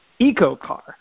EcoCar